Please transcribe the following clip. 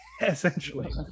essentially